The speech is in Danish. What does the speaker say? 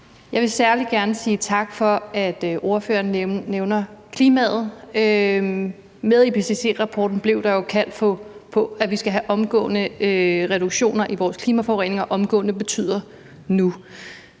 Jeg vil særlig gerne sige tak for, at ordføreren nævner klimaet. Med IPCC-rapporten blev der jo kaldt på, at vi skal have omgående reduktioner i vores klimaforureninger, og »omgående« betyder »nu«.